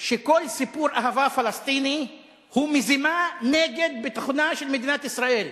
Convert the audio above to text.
שכל סיפור אהבה פלסטיני הוא מזימה נגד ביטחונה של מדינת ישראל,